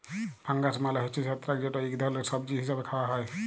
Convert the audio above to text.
fungus মালে হছে ছত্রাক যেট ইক ধরলের সবজি হিসাবে খাউয়া হ্যয়